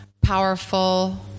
powerful